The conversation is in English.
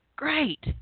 Great